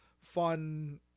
fun